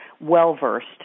well-versed